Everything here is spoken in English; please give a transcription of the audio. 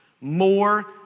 more